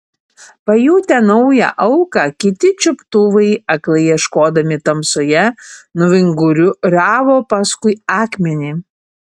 pajutę naują auką kiti čiuptuvai aklai ieškodami tamsoje nuvinguriavo paskui akmenį